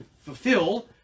fulfill